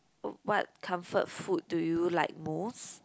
w~ what comfort food do you like most